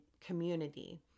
community